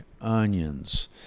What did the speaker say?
onions